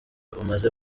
amaze